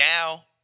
now